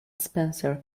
spencer